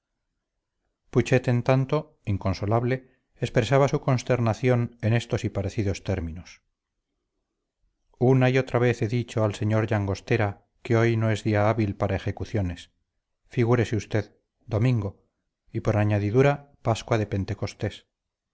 putxet en tanto inconsolable expresaba su consternación en estos y parecidos términos una y otra vez he dicho al señor llangostera que hoy no es día hábil para ejecuciones figúrese usted domingo y por añadidura pascua de pentecostés